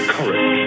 Courage